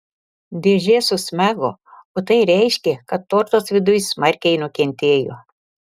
dėžė susmego o tai reiškė kad tortas viduj smarkiai nukentėjo